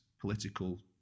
political